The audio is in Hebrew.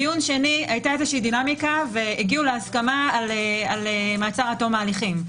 דיון שני היתה דינמיקה והגיעו להסכמה על מעצר עד תום ההליכים.